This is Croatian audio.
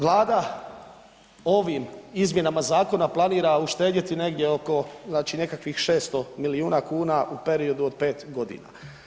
Vlada ovim izmjenama Zakona planira uštedjeti negdje oko znači nekakvih 600 milijuna kuna u periodu od 5 godina.